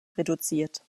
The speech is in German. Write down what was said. reduziert